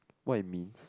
what it means